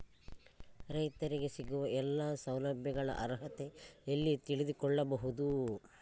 ರೈತರಿಗೆ ಸಿಗುವ ಎಲ್ಲಾ ಸೌಲಭ್ಯಗಳ ಅರ್ಹತೆ ಎಲ್ಲಿ ತಿಳಿದುಕೊಳ್ಳಬಹುದು?